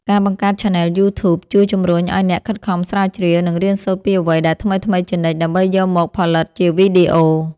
ការបង្កើតឆានែលយូធូប ជួយជម្រុញឱ្យអ្នកខិតខំស្រាវជ្រាវ និងរៀនសូត្រពីអ្វីដែលថ្មីៗជានិច្ច ដើម្បីយកមកផលិតជាវីដេអូ។